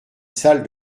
salle